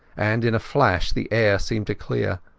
and, in a flash, the air seemed to clear.